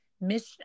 mission